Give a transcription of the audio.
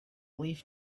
leaf